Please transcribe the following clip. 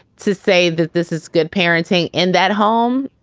to say that this is good parenting in that home.